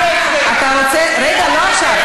אתה רוצה, רגע, לא עכשיו.